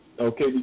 Okay